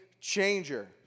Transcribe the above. changer